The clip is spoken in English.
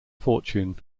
fortune